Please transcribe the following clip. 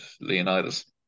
Leonidas